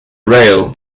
rail